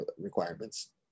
requirements